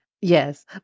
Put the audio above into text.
Yes